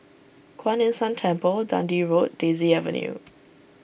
Kuan Yin San Temple Dundee Road Daisy Avenue